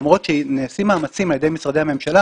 למרות שנעשים מאמצים על ידי משרדי הממשלה,